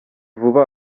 vuba